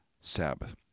Sabbath